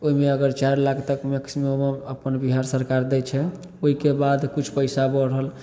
ओहिमे अगर चारि लाख तक मैक्सिमम अपन बिहार सरकार दै छै ओहिके बाद किछु पइसा बढ़ल